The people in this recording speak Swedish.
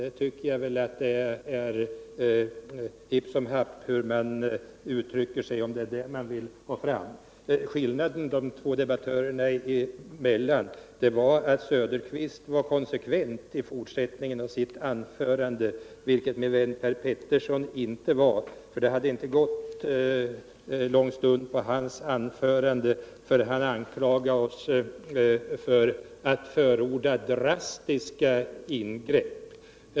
Jag tycker det är hipp som happ hur man uttrycker sig, om det är den lilla skillnaden man vill ha fram. Skillnaden mellan de två debattörerna var att Oswald Söderqvist var konsekvent i fortsättningen av sitt arförande, vilket min vän Per Petersson inte var. Det hade inte gått lång stund förrän han anklagade oss för att förorda ”drastiska ingrepp”.